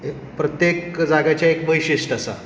प्रत्येक जाग्याचे एक वैशिश्ट आसा